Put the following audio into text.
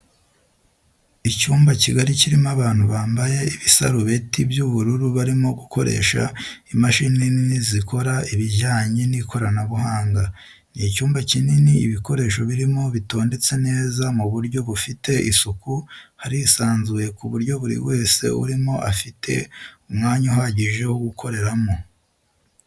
Icyumba kigari kirimo abantu bambaye ibisarubeti by'ubururu barimo gukoresha imashini nini zikora ibijyanye n'ikoranabuhanga, ni icyumba kinini ibikoresho birimo bitondetse neza mu buryo bufite isuku harisanzuye ku buryo buri wese urimo afite umwanya uhagije wo gukoreramo.